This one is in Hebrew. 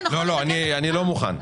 לא, אני לא מוכן.